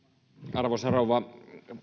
arvoisa rouva